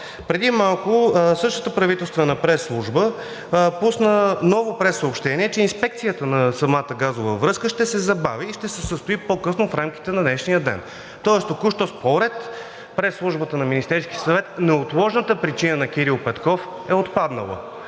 преди малко същата правителствена пресслужба пусна ново прессъобщение, че инспекцията на самата газова връзка ще се забави и ще се състои по-късно в рамките на днешния ден. Тоест току-що според пресслужбата на Министерския съвет неотложната причина на Кирил Петков е отпаднала.